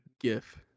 GIF